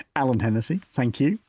allan hennessey, thank you.